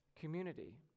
community